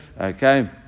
Okay